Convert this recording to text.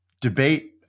debate